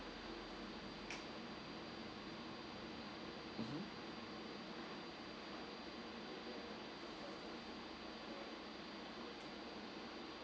mmhmm